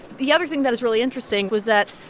the other thing that is really interesting was that,